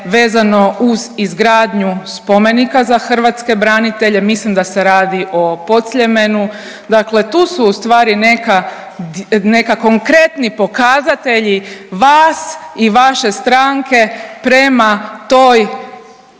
uz izgradnju spomenika za hrvatske branitelje, mislim da se radi o podsljemenu. Dakle, tu su u stvari neka, neki konkretni pokazatelji vas i vaše stranke prema toj